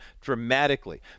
dramatically